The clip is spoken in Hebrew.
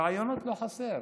רעיונות לא חסר.